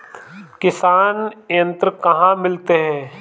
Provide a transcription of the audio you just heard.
किसान यंत्र कहाँ मिलते हैं?